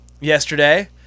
Yesterday